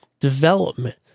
development